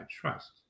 trust